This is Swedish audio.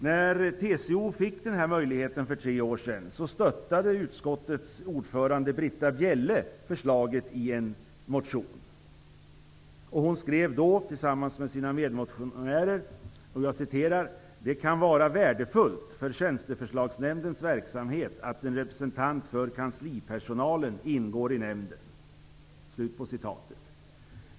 När TCO fick denna möjlighet för tre år sedan stöttade utskottets ordförande Britta Bjelle i en motion förslaget. Hon skrev då tillsammans med sina medmotionärer: ''Det kan vara värdefullt för tjänsteförslagsnämndens verksamhet att en representant för kanslipersonalen ingår i nämnden.''